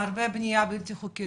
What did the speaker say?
הרבה בניה בלתי חוקית,